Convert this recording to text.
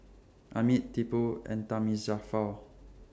Amit Tipu and Thamizhavel